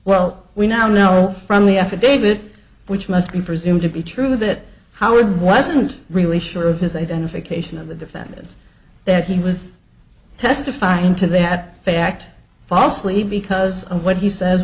well we now know from the affidavit which must be presumed to be true that howard wasn't really sure of his identification of the defendant that he was testifying to that fact falsely because of what he says